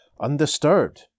undisturbed